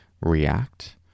react